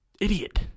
Idiot